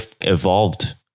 evolved